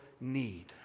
need